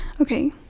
Okay